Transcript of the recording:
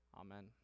Amen